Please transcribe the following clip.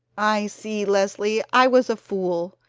i see, leslie! i was a fool.